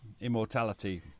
immortality